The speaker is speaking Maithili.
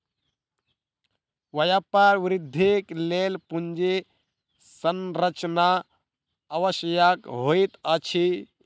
व्यापार वृद्धिक लेल पूंजी संरचना आवश्यक होइत अछि